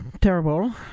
terrible